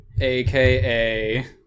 aka